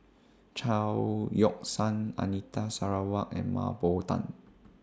Chao Yoke San Anita Sarawak and Mah Bow Tan